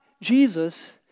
Jesus